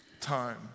time